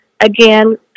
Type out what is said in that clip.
again